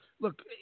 Look